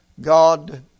God